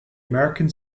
american